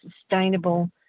sustainable